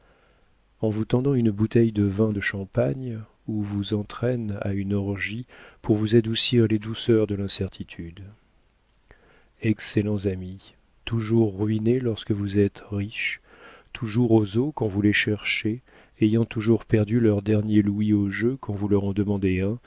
en vous tendant une bouteille de vin de champagne ou vous entraînent à une orgie pour vous adoucir les douleurs de l'incertitude excellents amis toujours ruinés lorsque vous êtes riche toujours aux eaux quand vous les cherchez ayant toujours perdu leur dernier louis au jeu quand vous leur en demandez